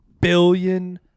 billion